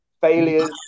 failures